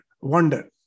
wonder